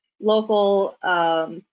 local